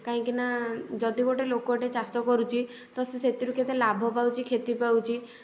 କାହିଁକି ନା ଯଦି ଗୋଟେ ଲୋକଟେ ଚାଷ କରୁଛି ତ ସେଥିରୁ ସେ କେତେ ଲାଭପାଉଛି କ୍ଷତିପାଉଛି